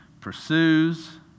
Pursues